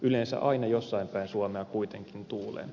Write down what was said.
yleensä aina jossain päin suomea kuitenkin tuulee